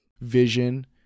Vision